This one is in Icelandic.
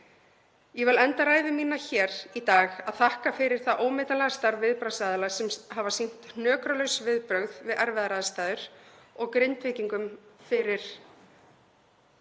Ég vil enda ræðu mína hér í dag á að þakka fyrir það ómetanlega starf viðbragðsaðila sem hafa sýnt hnökralaus viðbrögð við erfiðar aðstæður og Grindvíkingum sína